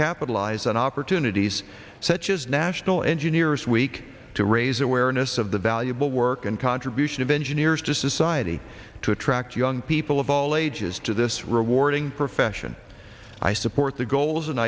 capitalize on opportunities such as national engineers week to raise awareness of the valuable work and contribution of engineers to society to attract young people of all ages to this rewarding profession i support the goals